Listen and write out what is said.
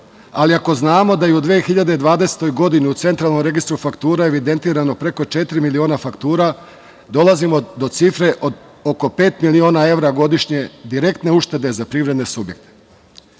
ali ako znamo da je u 2020. godini u Centralnom registru faktura evidentirano preko četiri miliona faktura dolazimo do cifre od oko pet miliona evra godišnje direktne uštede za privredne subjekte. Važno